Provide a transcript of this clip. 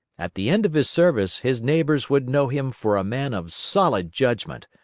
at the end of his service his neighbors would know him for a man of solid judgment,